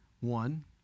one